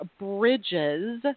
bridges